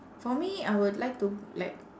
for me I would like to like